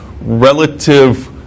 relative